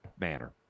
manner